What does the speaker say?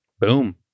Boom